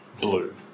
blue